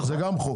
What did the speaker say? גם זה חוק.